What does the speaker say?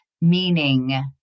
meaning